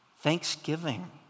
thanksgiving